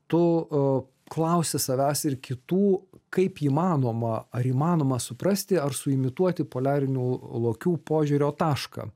tu klausi savęs ir kitų kaip įmanoma ar įmanoma suprasti ar suimituoti poliarinių lokių požiūrio tašką